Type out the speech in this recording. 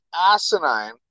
asinine